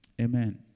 Amen